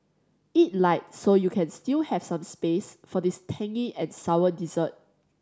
eat light so you can still have some space for this tangy and sour dessert